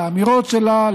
לאמירות שלה,